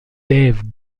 dave